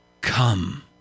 Come